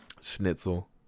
schnitzel